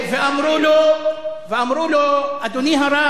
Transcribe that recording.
ואמרו לו: אדוני הרב,